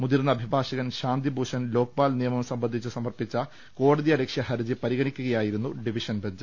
മുതിർന്ന അഭിഭാഷകൻ ശാന്തിഭൂഷൺ ലോക്പാൽ നിയമനം സംബന്ധിച്ച് സമർപ്പിച്ച കോടതിയലക്ഷ്യ ഹർജി പരിഗണിക്കുക യായിരുന്നു ഡിവിഷൻ ബെഞ്ച്